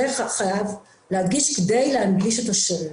את זה חייב להדגיש, כדי להנגיש את השירות.